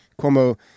Cuomo